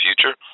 future